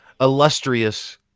illustrious